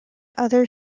other